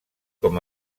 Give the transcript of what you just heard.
com